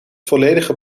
volledige